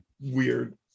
weird